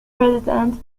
resident